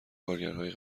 کارگرهای